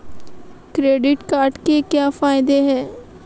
Credit card के क्या फायदे हैं?